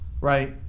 Right